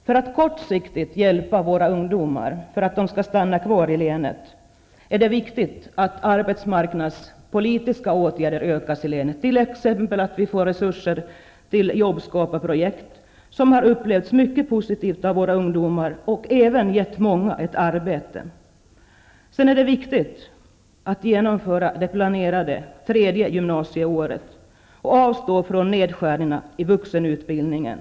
För att kortsiktigt hjälpa ungdomarna så att de kan stanna kvar i länet är det viktigt att de arbetsmarknadspolitiska insatserna i länet ökar, t.ex. resurser till jobbskaparprojekt, som har upplevts mycket positivt av ungdomar och även gett många ett arbete. Dessutom bör man genomföra det planerade tredje gymnasieåret och avstå från nedskärningarna i vuxenutbildningen.